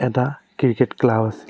এটা cricket club আছে